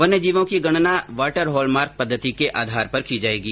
वन्य जीवों की गणना वाटर हॉल मार्क पद्धति के आधार पर की जायेगी